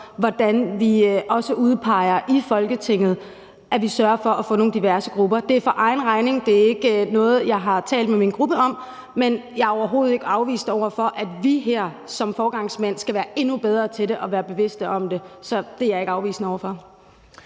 hvordan vi også udpeger i Folketinget, så vi sørger for at få nogle grupper med diversitet. Det er for egen regning; det er ikke noget, jeg har talt med min gruppe om. Men jeg er overhovedet ikke afvisende over for, at vi her som foregangsmænd skal være endnu bedre til det og være bevidste om det. Så det er jeg ikke afvisende over for.